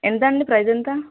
ఎంత అండి ప్రైస్ ఎంత